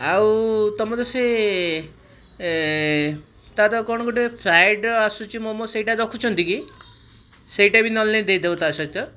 ଆଉ ତୁମର ସେ ଏ ତାର କ'ଣ ଗୋଟେ ଫ୍ରାଇଡ୍ର ଆସୁଛି ମୋମୋ ସେଇଟା ରଖୁଛନ୍ତି କି ସେଇଟା ବି ନହେଲେ ନାଇଁ ଦେଇଦେବେ ତା' ସହିତ